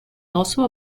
also